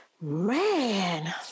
Man